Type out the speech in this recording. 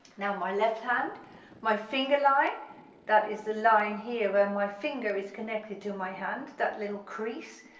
now my left hand my finger line that is the line here where my finger is connected to my hand, that little crease,